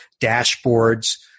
dashboards